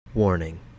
Warning